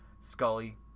Scully